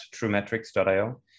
truemetrics.io